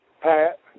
Pat